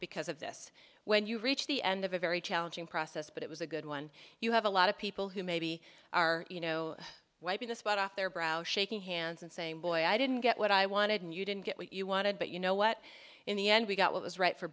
because of this when you reach the end of a very challenging process but it was a good one you have a lot of people who maybe are you know wiping the sweat off their brow shaking hands and saying boy i didn't get what i wanted and you didn't get what you wanted but you know what in the end we got what was right for